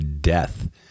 death